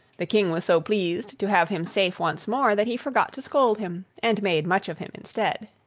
the king was so pleased to have him safe once more that he forgot to scold him, and made much of him instead.